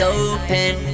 open